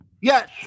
Yes